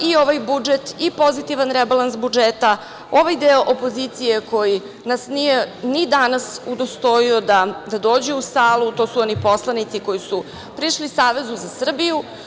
i ovaj budžet i pozitivan rebalans budžeta, ovaj deo opozicije koji nas nije ni danas udostojio da dođe u salu, to su oni poslanici koji su prišli SZS.